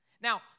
Now